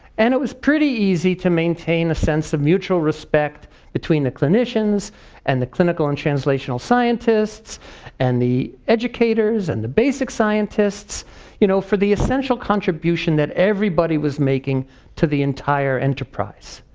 it was pretty easy to maintain a sense of mutual respect between the clinicians and the clinical and translational scientists and the educators and the basic scientists you know for the essential contribution that everybody was making to the entire enterprise.